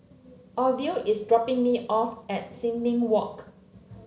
Orville is dropping me off at Sin Ming Walk